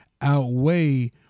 outweigh